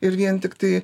ir vien tiktai